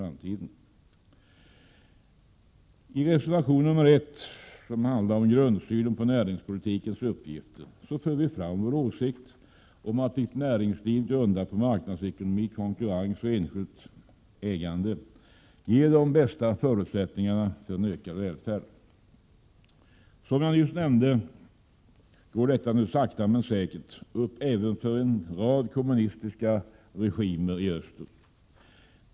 Detta är glädjande och lovar gott inför framtiden. ter, för vi fram vår åsikt om att ett näringsliv grundat på marknadsekonomi, konkurrens och enskilt ägande ger de bästa förutsättningarna för en ökad välfärd. Som jag nyss nämnde går detta nu sakta men säkert upp även för en rad kommunistiska regimer i öster.